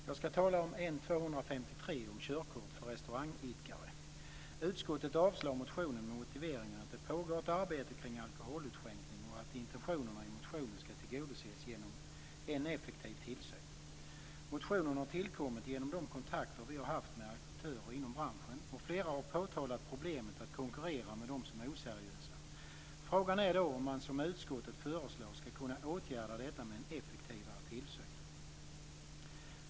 Fru talman! Jag ska tala om N253, om körkort för restaurangidkare. Utskottet avstyrker motionen med motiveringen att det pågår ett arbete kring alkoholutskänkning och att intentionerna i motionen ska tillgodoses genom en effektiv tillsyn. Motionen har tillkommit genom de kontakter vi har haft med aktörer inom branschen. Flera har påtalat problemet att konkurrera med dem som är oseriösa. Frågan är om man, som utskottet föreslår, ska kunna åtgärda detta med en effektivare tillsyn.